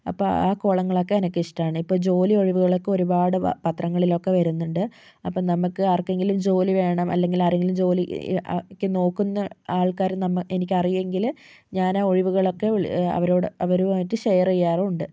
അപ്പോൾ ആ കോളങ്ങളൊക്കെ എനിക്ക് ഇഷ്ടമാണ് ഇപ്പോൾ ജോലി ഒഴിവുകളൊക്കെ ഒരുപാട് പ പത്രങ്ങളിലൊക്കെ വരുന്നുണ്ട് അപ്പം നമുക്ക് ആർക്കെങ്കിലും ജോലി വേണം അല്ലെങ്കിൽ ആരെങ്കിലും ജോലി ക്ക് നോക്കുന്ന ആൾക്കാരെ നമ്മൾ എനിക്കറിയുമെങ്കിൽ ഞാനാ ഒഴിവുകളൊക്കെ വിളി അവരോട് അവരുമായിട്ട് ഷെയർ ചെയ്യാറുണ്ട്